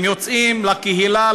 הם יוצאים לקהילה,